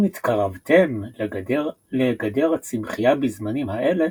אם התקרבתם לגדר הצמחיה בזמנים האלה,